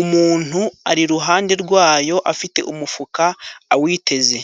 umuntu ari iruhande rwayo afite umufuka awiteze.